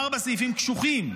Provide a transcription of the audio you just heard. ארבעה סעיפים קשוחים,